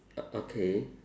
o~ okay